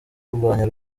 kurwanya